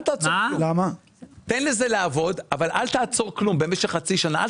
תן לזה לעבוד אבל אל תעצור כלום במשך חצי שנה.